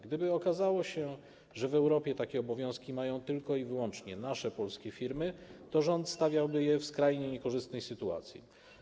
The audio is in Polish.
Gdyby okazało się, że w Europie takie obowiązki mają tylko i wyłącznie nasze polskie firmy, to rząd stawiałby je w skrajnie niekorzystnej sytuacji.